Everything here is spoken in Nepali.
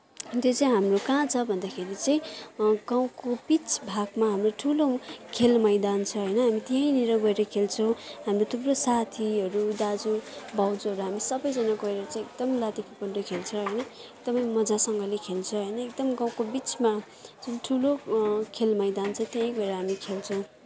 त्यो चाहिँ हाम्रो कहाँ छ भन्दाखेरि चाहिँ गाउँको बिच भागमा हाम्रो ठुलो खेल मैदान छ होइन हामी त्यहीँनिर गएर खेल्छौँ हाम्रो थुप्रो साथीहरू दाजु भाउजूहरू हामी सबैजना गएर चाहिँ एकदमै लात्ते भकुन्डो खेल्छौँ होइन एकदमै मजासँगले खेल्छ होइन एकदम गाउको बिचमा जुन ठुलो खेल मैदान छ त्यहीँ गएर हामी खेल्छौँ